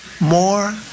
more